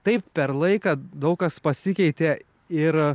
taip per laiką daug kas pasikeitė ir